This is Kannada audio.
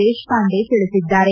ದೇಶಪಾಂಡೆ ತಿಳಿಸಿದ್ದಾರೆ